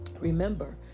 remember